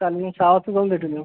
चालेल मग मी सहा वाजता जाऊन भेटून येऊ